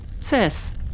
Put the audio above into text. sis